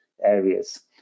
areas